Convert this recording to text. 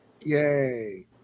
Yay